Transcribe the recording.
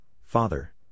father